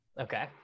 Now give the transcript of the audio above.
okay